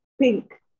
pink